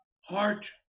heart